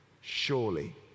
surely